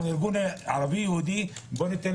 אנחנו ארגון ערבי-יהודי אז בואו ניתן